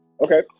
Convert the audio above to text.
Okay